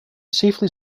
safely